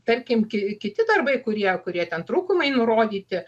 tarkim ki kiti darbai kurie kurie ten trūkumai nurodyti